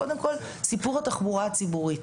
קודם כל, סיפור התחבורה הציבורית: